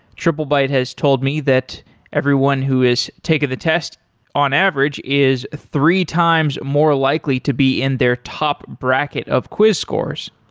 triplebyte has told me that everyone who has taken the test on average is three times more likely to be in their top bracket of quiz course.